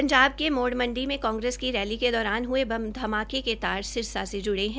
पंजाब के मोड़ी मंडी में कांग्रेस की रैली के दौरान हये बम धमाके के तार सिरसा से जुड़े है